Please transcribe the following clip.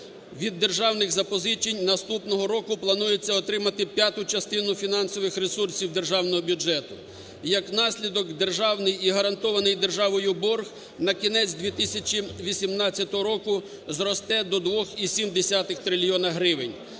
Від державних запозичень наступного року планується отримати п'яту частину фінансових ресурсів державного бюджету. І, як наслідок, державний і гарантований державою борг на кінець 2018 року зросте до 2,7 трильйона